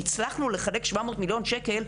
הצלחנו לחלק 700 מיליון שקל,